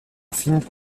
affine